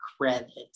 credits